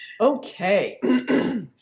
Okay